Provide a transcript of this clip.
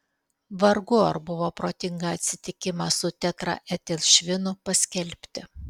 vargu ar buvo protinga atsitikimą su tetraetilšvinu paskelbti